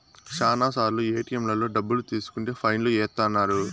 శ్యానా సార్లు ఏటిఎంలలో డబ్బులు తీసుకుంటే ఫైన్ లు ఏత్తన్నారు